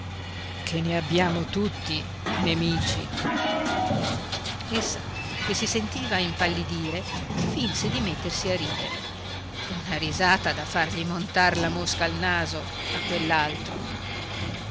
ché ne abbiamo tutti nemici essa che si sentiva impallidire finse di mettersi a ridere una risata da fargli montar la mosca al naso a